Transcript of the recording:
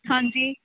ਹਾਂਜੀ